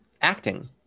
acting